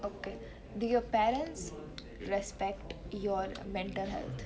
okay do your parents respect your mental health